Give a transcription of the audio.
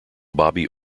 bobby